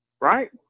Right